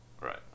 Right